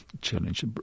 challenge